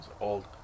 Old